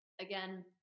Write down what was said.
Again